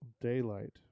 Daylight